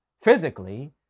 physically